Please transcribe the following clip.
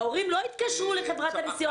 ההורים לא התקשרו לחברת הנסיעות כדי לבטל.